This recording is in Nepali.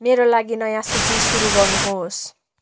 मेरो लागि नयाँ सूची सुरु गर्नुहोस्